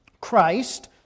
Christ